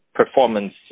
Performance